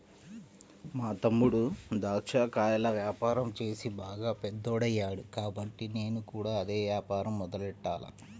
మా తమ్ముడు దాచ్చా కాయల యాపారం చేసి బాగా పెద్దోడయ్యాడు కాబట్టి నేను కూడా అదే యాపారం మొదలెట్టాల